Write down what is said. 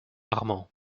armand